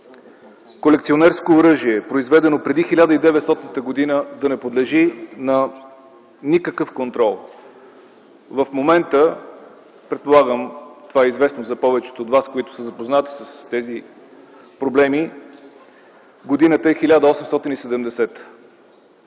колекционерско оръжие, произведено преди 1900 г., да не подлежи на никакъв контрол. В момента, предполагам това е известно за повечето от вас, които са запознати с тези проблеми, годината е 1870.